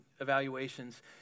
evaluations